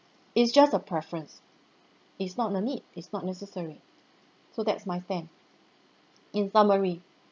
it's just preference it's not a need it's not necessary so that's my stand in summary